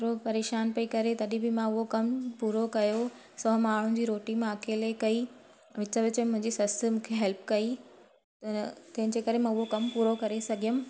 एतिरो परेशान पई करे तॾहिं बि मां उहो कमु पूरो कयो सौ माण्हुनि जी रोटी मां अकेली कई विच विच में मुंहिंजी ससु मूंखे हेल्प कई पर तंहिंजे करे मां उहो कमु पूरो करे सघियमि